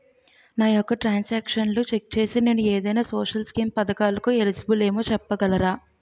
నా యెక్క ట్రాన్స్ ఆక్షన్లను చెక్ చేసి నేను ఏదైనా సోషల్ స్కీం పథకాలు కు ఎలిజిబుల్ ఏమో చెప్పగలరా?